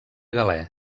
galè